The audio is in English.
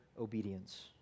obedience